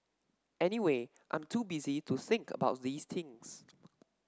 anyway I'm too busy to think about these things